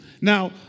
Now